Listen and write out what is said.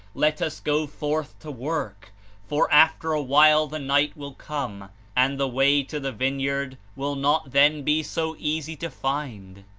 let us go forth to work for after a while the night will come and the way to the vine yard will not then be so easy to find.